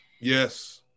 Yes